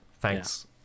thanks